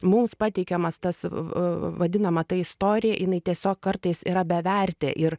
mums pateikiamas tas vadinama ta istorija jinai tiesiog kartais yra bevertė ir